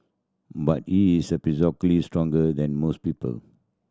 but he is stronger than most people